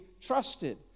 trusted